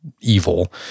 evil